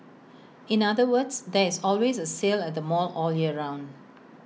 in other words there is always A sale at the mall all year round